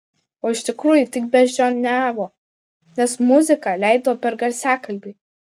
o iš tikrųjų tik beždžioniavo nes muziką leido per garsiakalbį